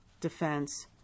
defense